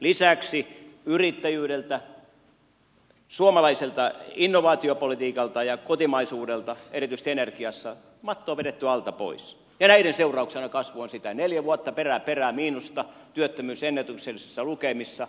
lisäksi yrittäjyydeltä suomalaiselta innovaatiopolitiikalta ja kotimaisuudelta erityisesti energiassa matto on vedetty alta pois ja näiden seurauksena kasvu on neljä vuotta perä perää miinusta työttömyys ennätyksellisissä lukemissa